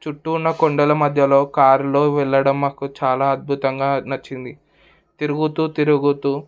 చుట్టూ ఉన్న కొండల మధ్యలో కారులో వెళ్ళడం మాకు చాలా అద్భుతంగా నచ్చింది తిరుగుతూ తిరుగుతూ